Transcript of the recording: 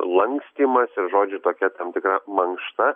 lankstymas ir žodžių tokia tam tikra mankšta